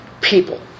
people